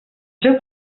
seu